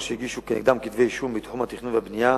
או שהגישו כנגדם כתבי-אישום בתחום התכנון והבנייה.